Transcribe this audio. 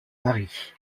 mari